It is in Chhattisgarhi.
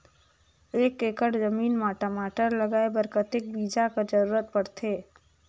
एक एकड़ जमीन म टमाटर लगाय बर कतेक बीजा कर जरूरत पड़थे?